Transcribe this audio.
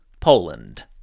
Poland